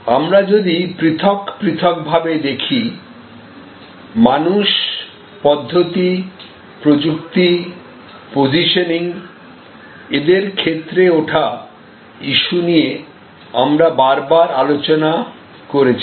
আমরা যদি পৃথক পৃথকভাবে দেখি মানুষ পদ্ধতি প্রযুক্তি পজিশনিং এদের ক্ষেত্রে ওঠা ইস্যু নিয়ে আমরা বারবার আলোচনা করেছি